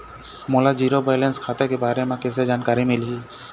मोला zero balance खाता के बारे म कैसे जानकारी मिलही?